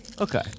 Okay